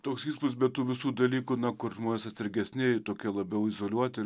toks įspūdis be tų visų dalykų na kur žmonės atsargesni tokie labiau izoliuoti ir